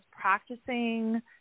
practicing